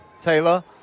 Taylor